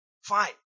fine